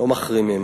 לא מחרימים.